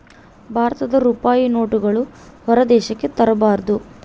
ಭಾರತದ ರೂಪಾಯಿ ನೋಟುಗಳನ್ನು ಹೊರ ದೇಶಕ್ಕೆ ತರಬಾರದು